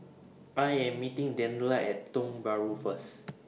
I Am meeting Daniela At Tiong Bahru First